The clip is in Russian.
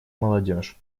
молодежь